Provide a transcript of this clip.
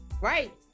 Right